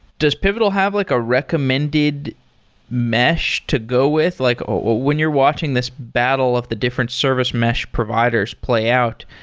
does pivotal have like a recommended mesh to go with? like when you're watching this battle of the different service mesh providers play out,